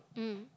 mm